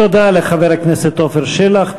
תודה לחבר הכנסת עפר שלח.